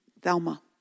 Thelma